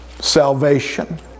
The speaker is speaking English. salvation